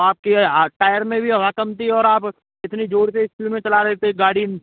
आपकी ये टायर में भी हवा कम थी और आप इतनी जोर से ईस्पीड में चला रहे थे गाड़ी